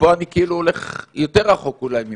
ופה אני כאילו הולך יותר רחוק אולי ממך.